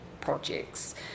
projects